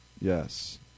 Yes